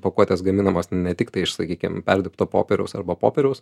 pakuotės gaminamos ne tiktai iš sakykim perdirbto popieriaus arba popieriaus